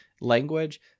language